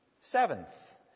Seventh